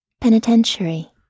Penitentiary